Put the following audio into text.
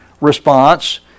response